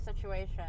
situation